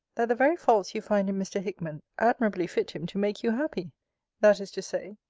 that the very faults you find in mr. hickman, admirably fit him to make you happy that is to say,